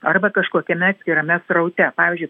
arba kažkokiame atskirame sraute pavyzdžiui